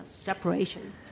separation